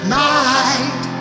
night